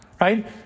right